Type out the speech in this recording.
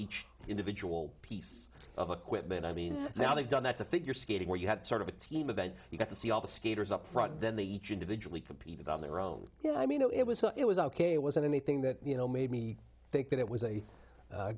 each individual piece of equipment i mean now they've done that to figure skating where you had sort of a team of that you got to see all the skaters up front then they each individually competed on their own you know i mean it was it was ok it wasn't anything that you know made me think that it was a